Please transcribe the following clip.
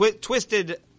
twisted